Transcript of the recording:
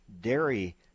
dairy